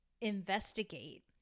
investigate